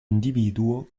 individuo